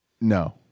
No